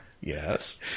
Yes